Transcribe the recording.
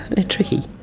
they're tricky.